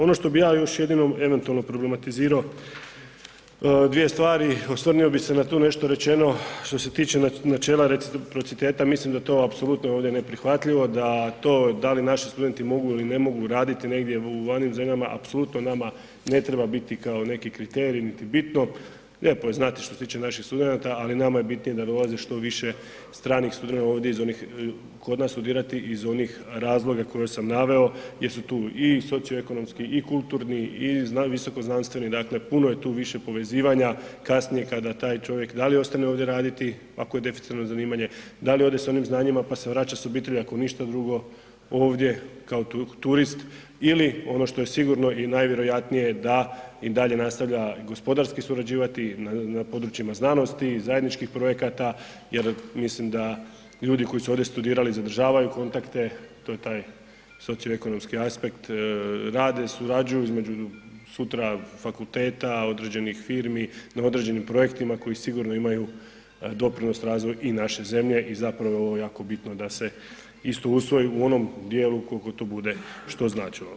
Ono što bi ja još jedino eventualno problematizirao dvije stvari, osvrnio bi se na tu nešto rečeno što se tiče načela reciprociteta, mislim da to apsolutno je ovdje neprihvatljivo, da to da li naši studenti mogu ili ne mogu raditi negdje u … [[Govornik se ne razumije]] zemljama apsolutno nama ne treba biti kao neki kriterij, niti bitno, lijepo je znati što se tiče naših studenata, ali nama je bitnije da dolaze što više stranih studenata ovdje iz onih, kod nas studirati iz onih razloga koje sam naveo jer su tu i socioekonomski i kulturni i visokoznanstveni, dakle puno je tu više povezivanja, kasnije kada taj čovjek da li ostane ovdje raditi ako je deficitarno zanimanje, da li ode s onim znanjima, pa se vraća s obitelji, ako ništa drugo ovdje kao turist ili ono što je sigurno i najvjerojatnije da i dalje nastavlja gospodarski surađivati na područjima znanosti i zajedničkih projekata jer mislim da ljudi koji su ovdje studirali zadržavaju kontakte, to je taj socioekonomski aspekt, rade, surađuju između sutra fakulteta, određenih firmi, na određenim projektima koji sigurno imaju doprinos razvoju i naše zemlje i zapravo ovo je jako bitno da se isto usvoji u onom dijelu kolko to bude što značilo.